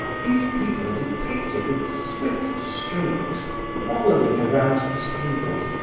these people are depicted with swift strokes wallowing around tables,